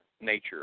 Nature